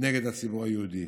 נגד הציבור היהודי.